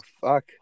Fuck